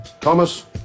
Thomas